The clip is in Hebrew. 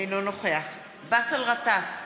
אינו נוכח באסל גטאס,